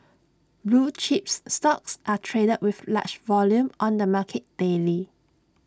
blue chips stocks are traded with large volume on the market daily